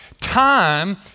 Time